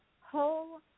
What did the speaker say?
whole